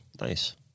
Nice